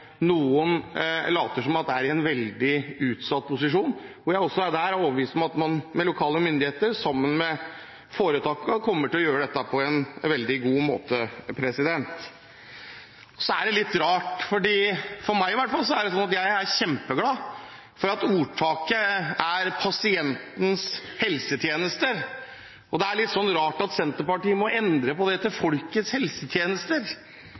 er i en veldig utsatt posisjon – sammen med lokale myndigheter og sammen med foretakene kommer til å gjøre dette på en veldig god måte. Så er det litt rart – for i hvert fall for meg er det sånn at jeg er kjempeglad for at betegnelsen er «pasientens helsetjenester» – at Senterpartiet må endre dette til «folkets helsetjenester». Det er pasientene som er viktig her – å sørge for at de pasientene som trenger det,